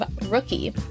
rookie